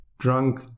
drunk